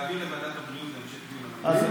להעביר לוועדת הבריאות להמשך דיון.